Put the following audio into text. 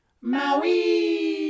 Maui